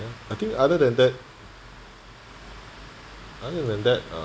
I think other than that other than that uh